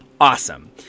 Awesome